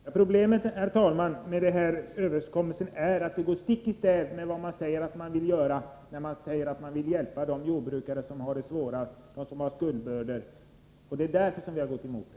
Herr talman! Problemet med denna överenskommelse är att den går stick i stäv mot vad man säger att man vill göra, nämligen att hjälpa de jordbrukare som har det svårast, de som har skuldbördor. Det är därför vi har gått emot den.